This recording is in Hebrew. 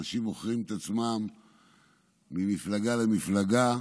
אנשים מוכרים את עצמם ממפלגה למפלגה.